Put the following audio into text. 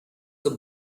the